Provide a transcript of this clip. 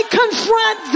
confront